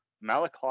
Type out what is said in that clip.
Malachi